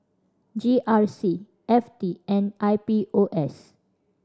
G R C F T and I P O S